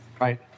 right